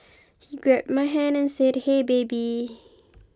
he grabbed my hand and said hey baby